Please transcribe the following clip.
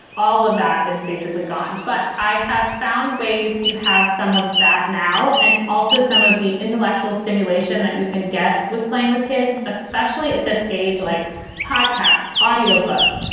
all of that is basically gone, but i have found ways to have some of that now and also some of the intellectual stimulation that you can get with playing with kids, especially at this age, like podcasts, audio books.